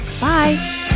Bye